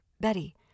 Betty